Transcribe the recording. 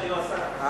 אין, נמנעים, אין.